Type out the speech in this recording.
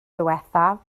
diwethaf